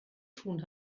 tun